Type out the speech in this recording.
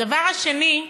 הדבר השני,